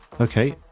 Okay